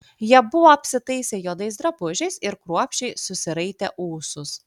jie buvo apsitaisę juodais drabužiais ir kruopščiai susiraitę ūsus